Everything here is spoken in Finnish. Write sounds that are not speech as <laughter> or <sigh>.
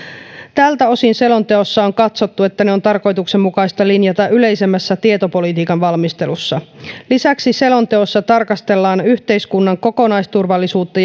tältä osin selonteossa on katsottu että ne on tarkoituksenmukaista linjata yleisemmässä tietopolitiikan valmistelussa lisäksi selonteossa tarkastellaan yhteiskunnan kokonaisturvallisuutta <unintelligible>